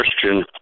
question